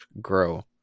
grow